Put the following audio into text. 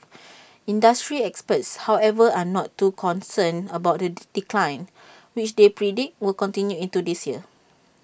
industry experts however are not too concerned about the decline which they predict will continue into this year